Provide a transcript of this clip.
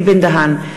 אלי בן-דהן,